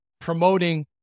promoting